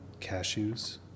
cashews